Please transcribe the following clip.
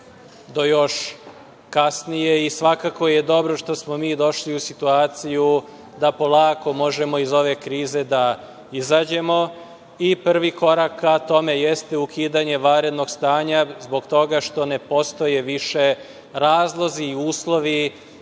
do još kasnije. Svakako je dobro što smo mi došli u situaciju da polako možemo iz ove krize da izađemo. Prvi korak ka tome jeste ukidanje vanrednog stanja zbog toga što ne postoje više razlozi i uslovi